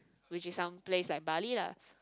which is some place like bali lah